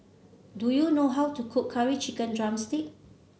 do you know how to cook Curry Chicken drumstick